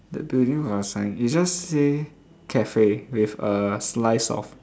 the building got a sign it just say cafe with a slice of